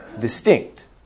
distinct